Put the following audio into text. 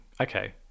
Okay